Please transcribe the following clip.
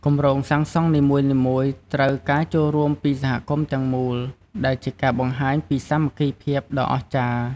គម្រោងសាងសង់នីមួយៗត្រូវការការចូលរួមពីសហគមន៍ទាំងមូល ដែលជាការបង្ហាញពីសាមគ្គីភាពដ៏អស្ចារ្យ។